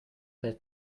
per